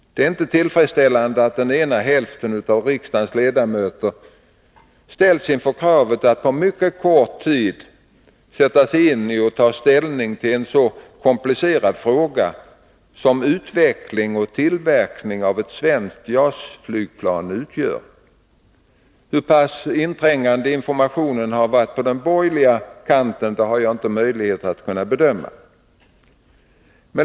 Det är inte tillfredsställande att den ena halvan av riksdagens ledamöter ställs inför kravet att på mycket kort tid sätta sig in i och ta ställning till en så komplicerad fråga som utveckling och tillverkning av ett svenskt JAS-plan utgör. Hur inträngande informationen har varit på den borgerliga kanten har jag inte möjlighet att bedöma.